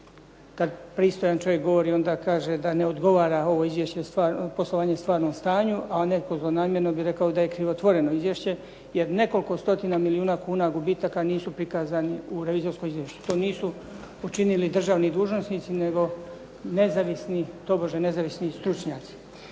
kada pristojan čovjek kaže onda kaže da ne odgovara ovo izvješće poslovanju stvarnom stanju, a netko zlonamjerno bi rekao da je krivotvoreno izvješće. Jer nekoliko stotina milijuna kuna gubitaka nisu prikazani u revizorskom izvješću. To nisu učinili državni dužnosnici, nego nezavisni, tobože nezavisni stručnjaci.